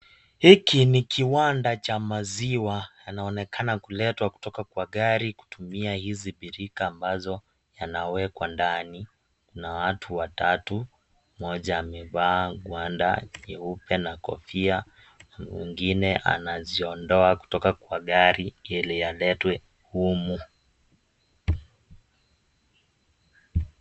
Hiki ni kiwanda cha maziwa yanaonekana kuletwa kutoka kwa gari kutumia hizi birika ambazo yanawekwa ndani na watu watatu, mmoja amevaa gwanda jeupe na kofia, mwingine anaziondoa kutoka kwa gari ili yaletwe humu.